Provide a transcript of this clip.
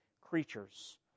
creatures